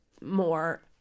more